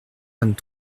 vingt